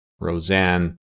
Roseanne